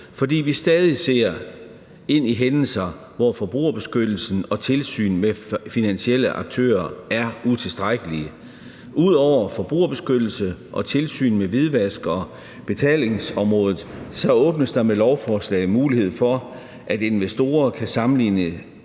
for vi ser stadig hændelser, hvor forbrugerbeskyttelsen og tilsynet med finansielle aktører er utilstrækkeligt. Ud over forbrugerbeskyttelse og tilsyn i forhold til hvidvask og betalingsområdet åbnes der med lovforslaget mulighed for, at investorer kan sammenligne